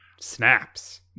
snaps